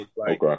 Okay